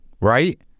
Right